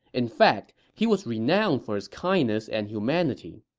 in fact, he was renowned for his kindness and humanity.